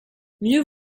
mieux